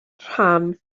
rhan